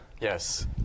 Yes